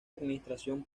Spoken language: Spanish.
administración